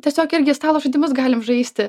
tiesiog irgi stalo žaidimus galim žaisti